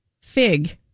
fig